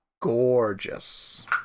Gorgeous